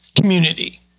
community